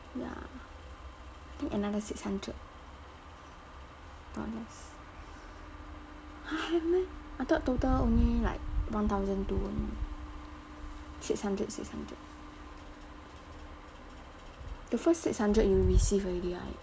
ya I think another six hundred dollars !huh! no meh I thought total only like one thousand two only six hundred six hundred the first six hundred you receive already right